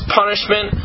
punishment